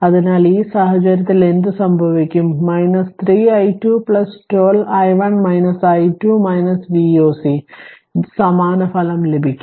അതിനാൽ ഈ സാഹചര്യത്തിൽ അത് സംഭവിക്കും 3 i2 12 i1 i2 Voc ഇത് സമാന ഫലം ലഭിക്കും